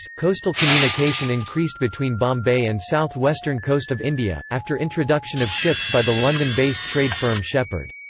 coastal communication increased between bombay and south western coast of india, after introduction of ships by the london-based trade firm shepherd.